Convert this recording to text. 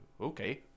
okay